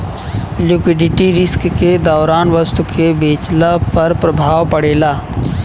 liquidity risk के दौरान वस्तु के बेचला पर प्रभाव पड़ेता